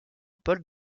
paul